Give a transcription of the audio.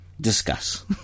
Discuss